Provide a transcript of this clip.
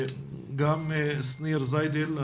גם שניר זיידל,